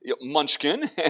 Munchkin